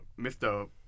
Mr